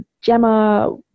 Gemma